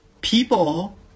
people